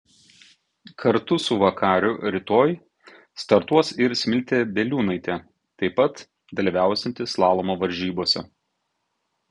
kartu su vakariu rytoj startuos ir smiltė bieliūnaitė taip pat dalyvausianti slalomo varžybose